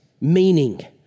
meaning